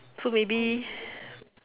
so maybe